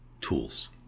tools